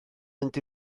mynd